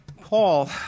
paul